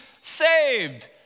saved